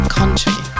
country